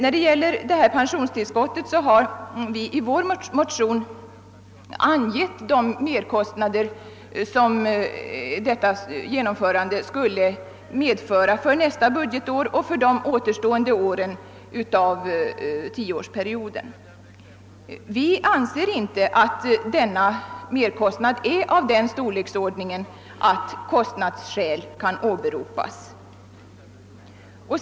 Beträffande pensionstillskottet har vi i vår motion angett de merkostnader genomförandet skulle medföra för nästa budgetår och de återstående åren av tioårsperioden. Vi anser inte att merkostnaden är av den storleksordning att den utgör något hinder.